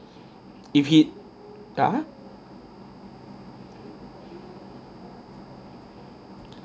if he ah